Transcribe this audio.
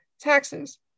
Taxes